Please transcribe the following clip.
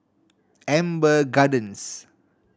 Amber Gardens